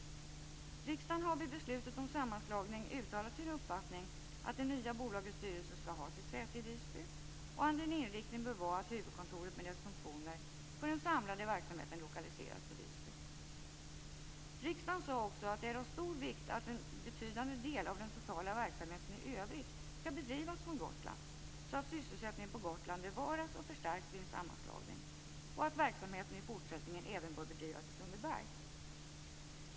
Riksdagen har vid beslutet om sammanslagning uttalat sin uppfattning att det nya bolagets styrelse skall ha sitt säte i Visby och att inriktningen bör vara att huvudkontoret med dess funktioner för den samlade verksamheten lokaliseras till Visby. Riksdagen sade också att det är av stor vikt att en betydande del av den totala verksamheten i övrigt skall bedrivas från Gotland, så att sysselsättningen på Gotland bevaras och förstärks vid en sammanslagning, samt att verksamheten i fortsättningen även bör bedrivas i Sundbyberg.